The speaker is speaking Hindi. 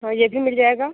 हाँ यह भी मिल जाएगा